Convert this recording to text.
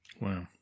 Wow